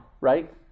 right